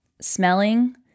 smelling